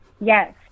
Yes